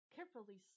Carefully